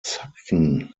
zapfen